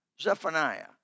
Zephaniah